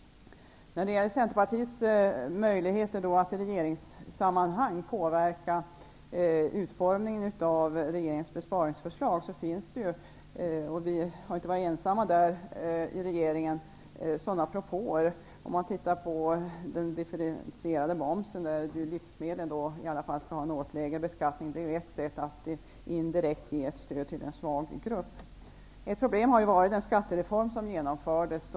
Centerpartiet har möjligheter att i regeringen påverka utformningen av regeringens besparingsförslag. Vi har inte varit ensamma i regeringen om sådana propåer. Man kan se på frågan om den differentierade momsen, där livsmedlen skall ha en något lägre beskattning. Det är ett sätt att indirekt ge ett stöd till en svag grupp. Ett problem har varit att den skattereform som genomfördes.